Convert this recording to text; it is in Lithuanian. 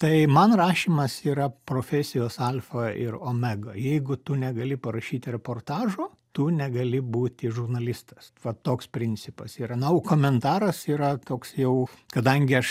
tai man rašymas yra profesijos alfa ir omega jeigu tu negali parašyti reportažo tu negali būti žurnalistas vat toks principas yra na o komentaras yra toks jau kadangi aš